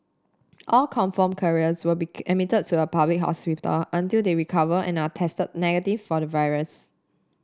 all confirmed carriers will be admitted to a public hospital until they recover and are tested negative for the virus